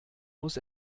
muss